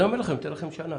תעבדו.